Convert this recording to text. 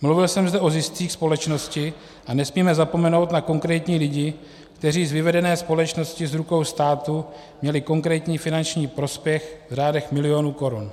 Mluvil jsem zde o ziscích společnosti a nesmíme zapomenout na konkrétní lidi, kteří z vyvedené společnosti z rukou státu měli konkrétní finanční prospěch v řádech milionů korun.